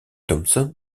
thompson